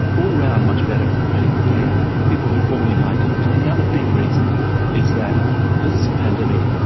all-round much better medical care. people who formerly died, didn't. and the other big reason is that this pandemic,